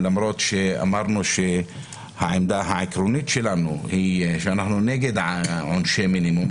למרות שאמרנו שהעמדה העקרונית שלנו היא שאנחנו נגד עונשי מינימום,